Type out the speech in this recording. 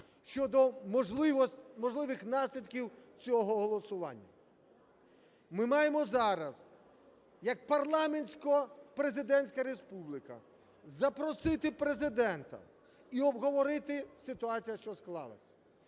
щодо можливих наслідків цього голосування. Ми маємо зараз як парламентсько-президентська республіка запросити Президента і обговорити ситуацію, що склалася.